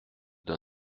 d’un